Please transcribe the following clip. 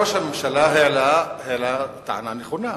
ראש הממשלה העלה טענה נכונה.